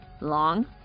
long